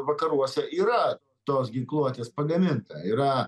vakaruose yra tos ginkluotės pagaminta yra